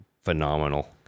Phenomenal